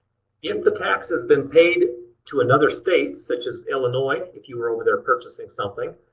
if the tax has been paid to another state, such as illinois if you were over there purchasing something,